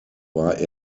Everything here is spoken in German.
war